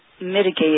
mitigate